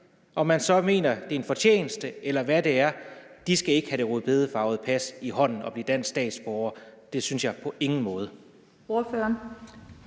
om man så mener, det er en fortjeneste, eller hvad det er, skal ikke have det rødbedefarvede pas i hånden og blive danske statsborgere; det synes jeg på ingen måde.